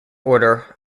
order